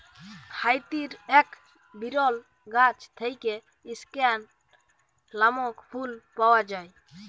হাইতির এক বিরল গাছ থেক্যে স্কেয়ান লামক ফুল পাওয়া যায়